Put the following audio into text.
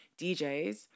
DJs